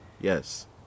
yes